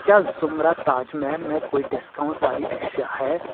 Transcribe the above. کیا زمرہ تاج محل میں کوئی ڈسکاؤنٹ والی اشیا ہے